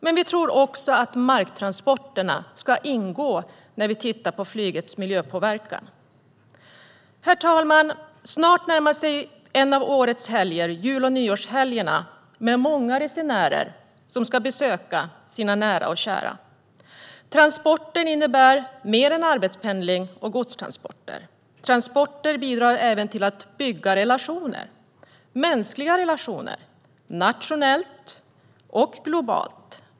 Men vi tror också att marktransporterna ska ingå när vi tittar på flygets miljöpåverkan. Herr talman! Snart närmar sig en av årets helger, jul och nyårshelgen, med många resenärer som ska besöka sina nära och kära. Transporter innebär mer än arbetspendling och godstransporter. Transporter bidrar även till att bygga relationer - mänskliga relationer, nationellt och globalt.